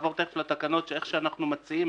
ונעבור תיכף לתקנות ואיך שאנחנו מציעים,